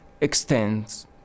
extends